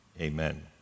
amen